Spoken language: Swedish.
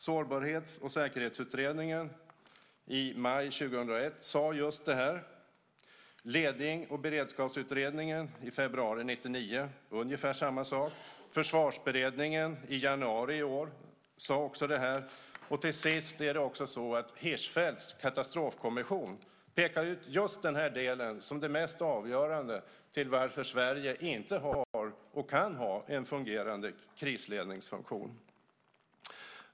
Sårbarhets och säkerhetsutredningen sade just det här i maj 2001. Lednings och beredskapsutredningen sade i februari 1999 ungefär samma sak. Försvarsberedningen sade också det här i januari i år. Till sist pekade Hirschfeldts katastrofkommission ut just den här delen som den mest avgörande anledningen till att Sverige inte har och kan ha en fungerande krisledningsfunktion.